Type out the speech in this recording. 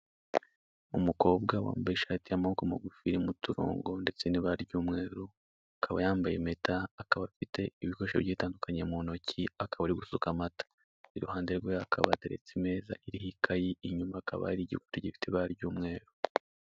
Umukobwa wambaye ishati y'amaboko magufi irimo uturongo ndetse n'ibara ry'umweru, akaba yambaye impeta, akaba afite ibikoresho bigiye bitandukanye mu ntoki, akaba ari gusuka amata. Iruhande rwe hakaba hateretse imeza iriho ikayi, inyuma hakaba hari igikuta gifite ibara ry'umweru.